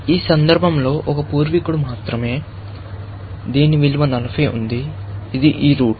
ఈ సందర్భంలో ఒక పూర్వీకుడు మాత్రమే దీని విలువ 40 ఉంది ఇది ఈ రూట్